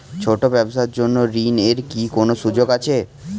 ছোট ব্যবসার জন্য ঋণ এর কি কোন সুযোগ আছে?